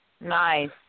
Nice